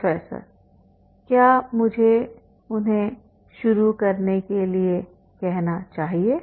professor क्या मुझे उन्हें शुरू करने के लिए कहना चाहिए